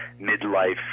midlife